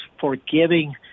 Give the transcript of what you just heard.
forgiving